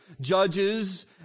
judges